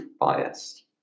biased